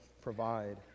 provide